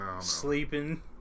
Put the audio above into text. Sleeping